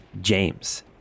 James